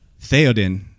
Theoden